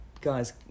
guys